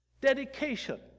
dedication